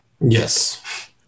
Yes